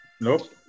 nope